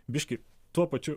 biškį tuo pačiu